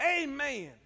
Amen